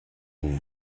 vous